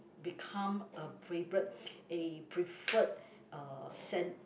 become a favourite a preferred uh cen~